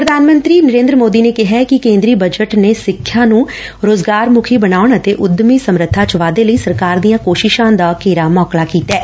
ਪ੍ਧਾਨ ਮੰਤਰੀ ਨਰੇਂਦਰ ਮੋਦੀ ਨੇ ਕਿਹੈ ਕਿ ਕੇਂਦਰੀ ਬਜਟ ਨੇ ਸਿੱਖਿਆ ਨੂੰ ਰੁਜ਼ਗਾਰ ਮੁੱਖੀ ਬਣਾਉਣ ਅਤੇ ਉੱਦਮੀ ਸਮਰੱਬਾ ਚ ਵਾਧੇ ਲਈ ਸਰਕਾਰ ਦੀਆਂ ਕੋਸ਼ਿਸਾਂ ਦਾ ਘੇਰਾ ਮੌਕਲਾ ਕੀਤੈ